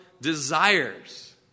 desires